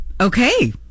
okay